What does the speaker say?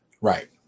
right